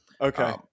Okay